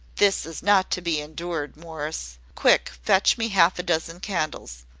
this is not to be endured. morris, quick! fetch me half a dozen candles!